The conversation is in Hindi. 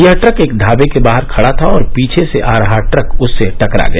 यह ट्रक एक ढाबे के बाहर खड़ा था और पीछे से आ रहा ट्रक उससे टकरा गया